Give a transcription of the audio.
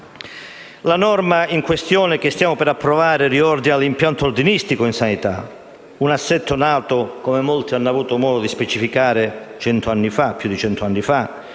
La norma che stiamo per approvare riordina l'impianto ordinistico in sanità: un assetto nato, come molti hanno avuto modo di specificare, oltre cento anni fa,